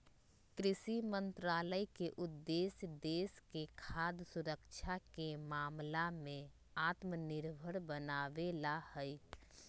कृषि मंत्रालय के उद्देश्य देश के खाद्य सुरक्षा के मामला में आत्मनिर्भर बनावे ला हई